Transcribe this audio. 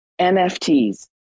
NFTs